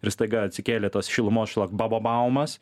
ir staiga atsikėlė tos šilumos šlagbababaumas